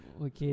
Okay